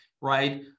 right